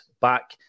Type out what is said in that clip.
back